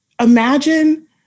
imagine